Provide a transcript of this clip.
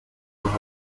hatte